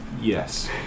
Yes